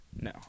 No